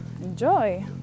enjoy